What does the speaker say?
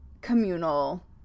communal